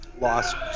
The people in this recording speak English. lost